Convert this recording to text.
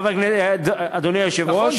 אדוני היושב-ראש,